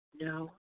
No